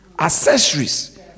accessories